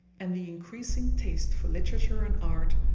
and the increasing taste for literature and art,